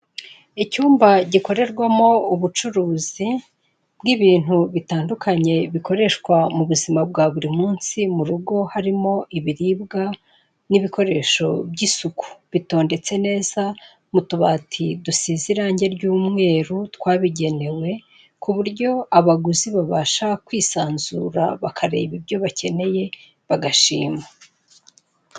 Icyumba gikorerwamo ubucuruzi bw'ibintu bitandukanye bikoreshwa mu buzima bwa buri munsi mu rugo, harimo ibiribwa n'ibikoresho by'isuku bitondetse neza mu tubati dusize irangi ry'umweru twabigenewe ku buryo abaguzi babasha kwisanzura bakareba ibyo bakeneye bagashima.